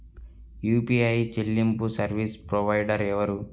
UPI చెల్లింపు service provider ఎవరు?